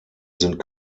sind